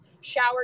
shower